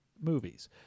movies